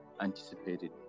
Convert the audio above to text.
anticipated